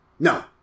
No